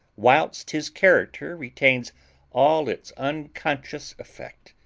whilst his character retains all its unconscious effect,